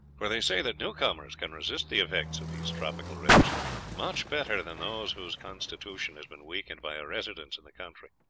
for they say that newcomers can resist the effects of these tropical rivers much better than those whose constitution has been weakened by a residence in the country.